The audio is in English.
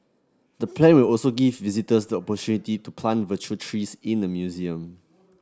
the play will also give visitors the opportunity to plant virtual trees in the museum